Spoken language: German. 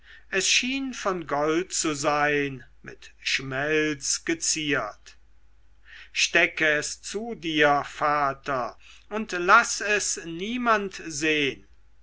es schien von gold zu sein mit schmelz geziert stecke es zu dir vater und laß es niemand sehn